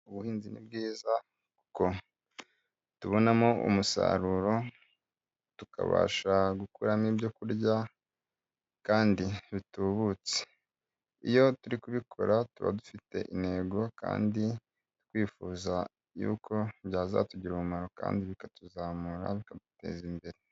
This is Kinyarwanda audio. Ubuhinzi ni bwiza kuko tubonamo umusaruro, tukabasha gukuramo ibyo kurya, kandi bitubutse. Iyo turi kubikora tuba dufite intego, kandi twifuza yuko byazatugirarira umumaro kandi bikatuzamura bikaduteza imbere.